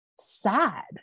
sad